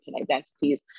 identities